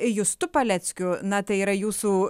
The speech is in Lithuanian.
justu paleckiu na tai yra jūsų